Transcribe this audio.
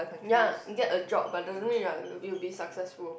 ya get a job but doesn't mean you are you'll be successful